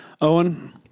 Owen